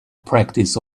practice